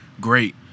great